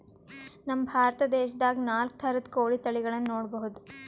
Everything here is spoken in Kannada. ನಮ್ ಭಾರತ ದೇಶದಾಗ್ ನಾಲ್ಕ್ ಥರದ್ ಕೋಳಿ ತಳಿಗಳನ್ನ ನೋಡಬಹುದ್